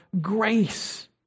grace